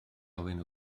ofyn